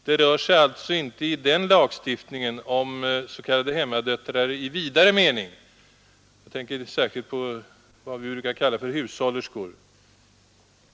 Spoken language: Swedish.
Det rör sig alltså inte i den lagstiftningen om s.k. hemmadöttrar i vidare mening — jag tänker särskilt på vad vi brukar kalla för hushållerskor.